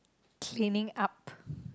cleaning up